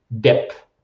depth